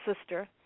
sister